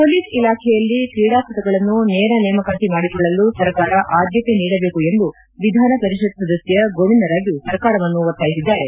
police ಇಲಾಖೆಯಲ್ಲಿ ಕ್ರೀಡಾಪಟುಗಳನ್ನು ನೇರ ನೇಮಕಾತಿ ಮಾಡಿಕೊಳ್ಳಲು ಸರ್ಕಾರ ಆದ್ಯತೆ ನೀಡಬೇಕು ಎಂದು ವಿಧಾನ ಪರಿಷತ್ ಸದಸ್ಯ ಗೋವಿಂದ ರಾಜು ಸರ್ಕಾರವನ್ನು ಒತ್ತಾಯಿಸಿದ್ದಾರೆ